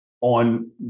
on